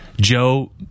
Joe